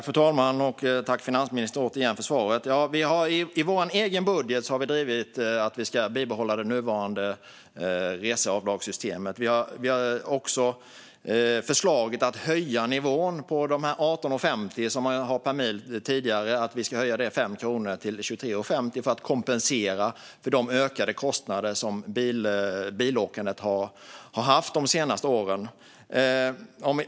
Fru talman! Tack återigen, finansministern, för svaret! Vi har i vår egen budget drivit att vi ska behålla det nuvarande reseavdragssystemet. Vi har också föreslagit att höja nivån från de 18,50 man tidigare har haft per mil med 5 kronor till 23,50 för att kompensera för de ökade kostnader som bilåkandet har haft de senaste åren.